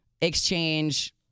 exchange